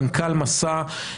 מנכ"ל מסע,